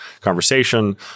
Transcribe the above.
conversation